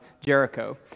Jericho